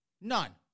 None